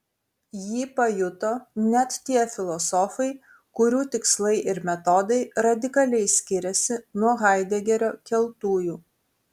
jį pajuto net tie filosofai kurių tikslai ir metodai radikaliai skiriasi nuo haidegerio keltųjų